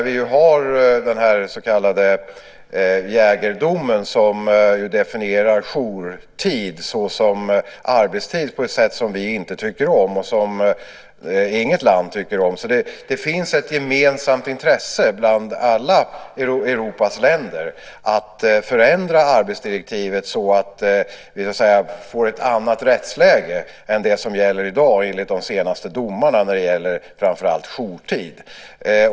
Vi har den så kallade Jaegerdomen, som definierar jourtid som arbetstid på ett sätt som vi inte tycker om och som inget land tycker om. Det finns alltså ett gemensamt intresse bland alla Europas länder att förändra arbetsdirektivet så att vi får ett annat rättsläge än det som gäller i dag enligt de senaste domarna framför allt i fråga om jourtid.